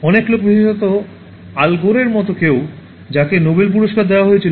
অনেক লোক বিশেষত আল গোরের মতো কেউ যাকে নোবেল পুরষ্কার দেওয়া হয়েছিল